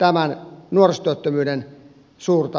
tämän nuorisotyöttömyyden suurta määrää